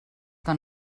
que